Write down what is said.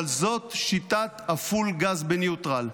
אבל זאת שיטת הפול גז בניוטרל,